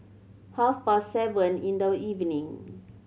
half past seven in the evening